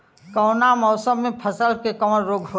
कवना मौसम मे फसल के कवन रोग होला?